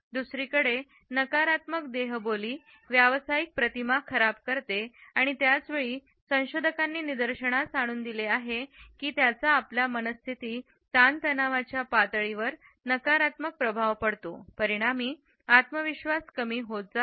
दुसरीकडे नकारात्मक देहबोली व्यावसायिक प्रतिमा खराब करते आणि त्याच वेळी संशोधकांनी निदर्शनास आणून दिले आहे की त्याचाआपला मनःस्थिती ताणतणावांच्या पातळीवर नकारात्मक प्रभाव पडतो परिणामी आत्मविश्वास कमी होत जातो